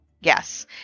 Yes